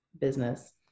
business